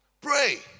pray